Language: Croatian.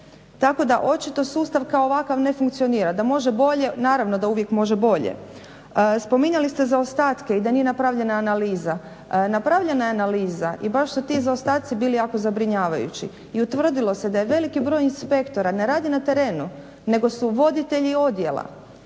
Tako da očito sustav kao ovakav ne funkcionira. Da može bolje, naravno da uvijek može bolje. Spominjali ste zaostatke i da nije napravljena analiza. Napravljena je analiza i baš su ti zaostaci bili jako zabrinjavajući i utvrdilo se da veliki broj inspektora ne radi na terenu nego su voditelji odjela.